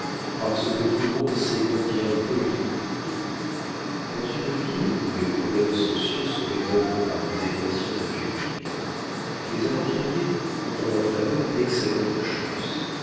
parce que tout le monde sait combien peu ils coûtent dans une ville où les problèmes sociaux se résolvent par des équations algébriques les aventuriers ont en leur faveur d'excellentes chances